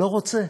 לא רוצה.